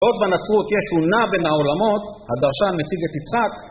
עוד בנצרות יש הונה בין העולמות, הדרשן מציג את יצחק